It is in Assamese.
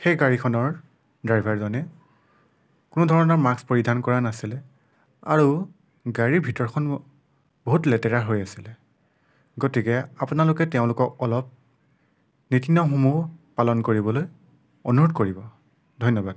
সেই গাড়ীখনৰ ড্ৰাইভাৰজনে কোনো ধৰণৰ মাস্ক পৰিধান কৰা নাছিলে আৰু গাড়ীৰ ভিতৰখন বহুত লেতেৰা হৈ আছিলে গতিকে আপোনালোকে তেওঁলোকক অলপ নীতি নিয়মসমূহ পালন কৰিবলৈ অনুৰোধ কৰিব ধন্যবাদ